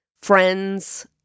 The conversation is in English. friends